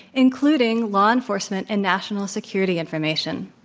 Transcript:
including law enforcement and national security information.